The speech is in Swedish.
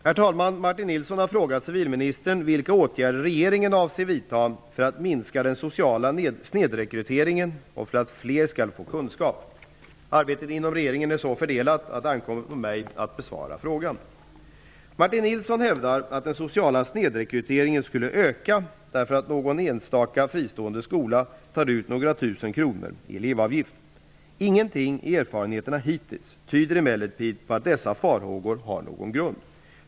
Herr talman! Martin Nilsson har frågat civilministern vilka åtgärder regeringen avser att vidta för att minska den sociala snedrekryteringen och för att fler skall få kunskap. Arbetet inom regeringen är så fördelat att det ankommer på mig att besvara frågan. Martin Nilsson hävdar att den sociala snedrekryteringen skulle öka, därför att någon enstaka fristående skola tar ut några tusen kronor i elevavgift. Ingenting i erfarenheterna hittills tyder emellertid på att dessa farhågor har någon grund.